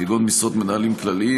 כגון משרות מנהלים כלליים.